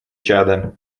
чада